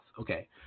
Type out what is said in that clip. Okay